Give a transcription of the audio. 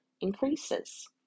increases